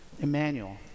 Emmanuel